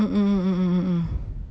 mm mm mm mm mm mm mm mm